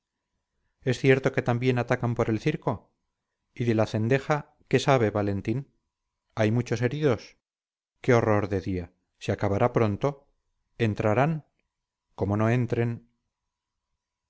es cierto que también atacan por el circo y de la cendeja qué sabe valentín hay muchos heridos qué horror de día se acabará pronto entrarán como no entren